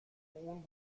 اون